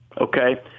Okay